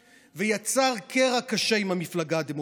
ויצר קרע קשה עם המפלגה הדמוקרטית.